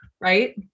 right